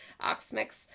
Oxmix